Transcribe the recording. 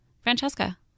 Francesca